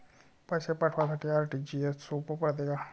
पैसे पाठवासाठी आर.टी.जी.एसचं सोप पडते का?